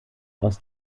aus